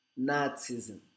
Nazism